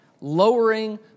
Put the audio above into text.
lowering